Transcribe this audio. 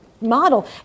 model